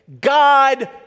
God